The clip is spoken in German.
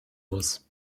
muss